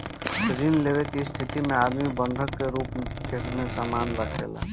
ऋण लेवे के स्थिति में आदमी बंधक के रूप में सामान राखेला